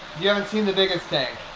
you haven't seen the biggest tank.